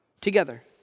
Together